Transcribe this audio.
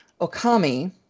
Okami